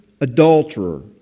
adulterer